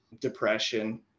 depression